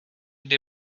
kdy